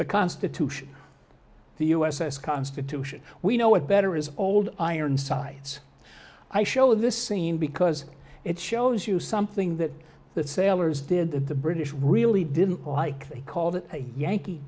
the constitution the u s s constitution we know it better is old ironsides i show this scene because it shows you something that the sailors did that the british really didn't like they called it a yankee